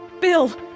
Bill